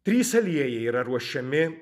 trys aliejai yra ruošiami